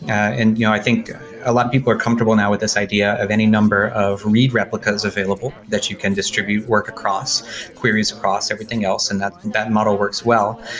and you know i think a lot of people are comfortable now with this idea of any number of read replicas available that you can distribute work across queries, across everything else, and that that model works well.